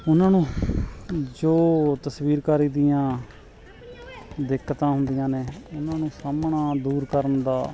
ਉਹਨਾਂ ਨੂੰ ਜੋ ਤਸਵੀਰਕਾਰੀ ਦੀਆਂ ਦਿੱਕਤਾਂ ਹੁੰਦੀਆਂ ਨੇ ਇਹਨਾਂ ਨੂੰ ਸਾਹਮਣਾ ਦੂਰ ਕਰਨ ਦਾ